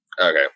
Okay